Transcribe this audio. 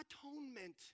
atonement